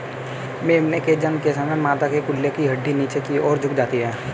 मेमने के जन्म के समय मादा के कूल्हे की हड्डी नीचे की और झुक जाती है